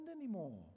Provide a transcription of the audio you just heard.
anymore